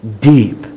deep